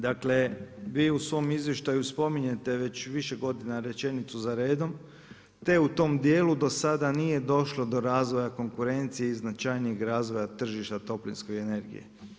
Dakle vi u svom izvještaju spominjete već više godina rečenicu za redom te u tom dijelu do sada nije došlo do razvoja konkurencije i značajnijeg razvoja tržišta toplinske energije.